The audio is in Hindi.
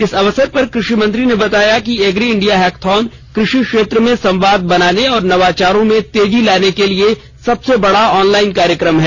इस अवसर पर कृषि मंत्री ने बताया कि एग्री इंडिया हैकथॉन कृषि क्षेत्र में संवाद बनाने और नवाचारों में तेजी लाने के लिए सबसे बड़ा ऑनलाइन कार्यक्रम है